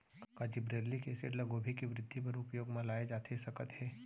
का gibberellic acid ल गोभी के वृद्धि बर उपयोग म लाये जाथे सकत हे?